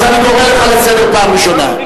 אז אני קורא אותך לסדר פעם ראשונה.